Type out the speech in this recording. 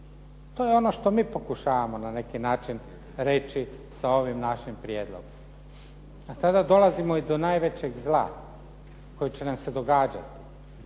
To je ono što mi pokušavamo na neki način reći sa ovim našim prijedlogom. A tada dolazimo i do najvećeg zla koje će nam se događati